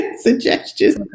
suggestions